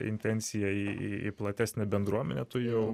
intencija į platesnę bendruomenę tu jau